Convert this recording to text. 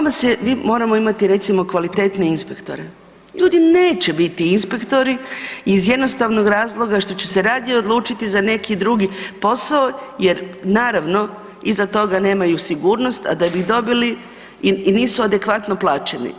Mi moramo imat recimo kvalitetne inspektore, ljudi neće biti inspektori iz jednostavnog razloga što će se radije odlučiti za neki drugi posao jer naravno, iza toga nemaju sigurnost da da bi je dobili i nisu adekvatno plaćeni.